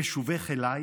בשובך אלי